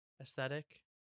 aesthetic